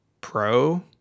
Pro